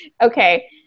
Okay